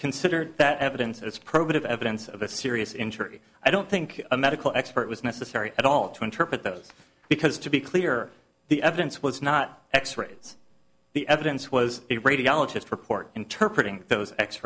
considered that evidence it's probative evidence of a serious injury i don't think a medical expert was necessary at all to interpret those because to be clear the evidence was not x rays the evidence was a radiologist report interpret those x